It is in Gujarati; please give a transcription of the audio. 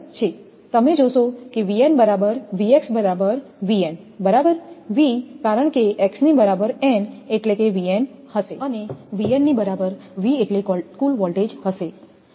તમે જોશો કે 𝑉𝑛 બરાબર બરાબર 𝑉𝑛 બરાબર 𝑉 કારણ કે ની બરાબર n એટલે કે તે 𝑉𝑛 હશે અને 𝑉𝑛 બરાબર V એટલે કુલ વોલ્ટેજ હશે